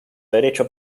derecho